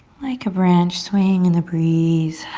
like a branch swaying in the breeze.